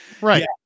Right